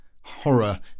horror